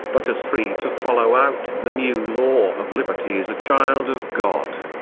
but as free to follow out the new law of liberty as a child of god.